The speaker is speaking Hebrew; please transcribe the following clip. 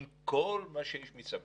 אם יש את כל מה שיש מסביב